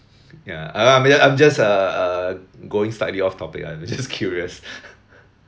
ya I I mean I'm just uh uh going slightly off topic ah just curious